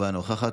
אינו נוכח,